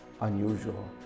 unusual